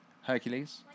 Hercules